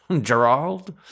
Gerald